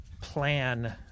plan